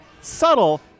Subtle